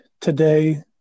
today